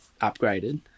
upgraded